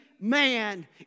man